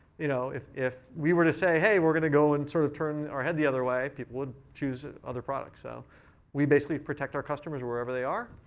you know if if we were to say, hey, we're going to go and sort of turn our head the other way, people would choose other products. so we basically protect our customers wherever they are.